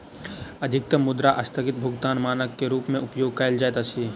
अधिकतम मुद्रा अस्थगित भुगतानक मानक के रूप में उपयोग कयल जाइत अछि